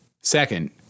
Second